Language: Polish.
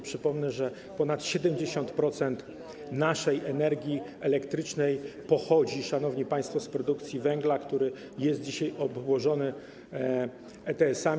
Przypomnę, że ponad 70% naszej energii elektrycznej pochodzi, szanowni państwo, z produkcji węgla, który jest dzisiaj obłożony ETS-ami.